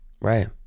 Right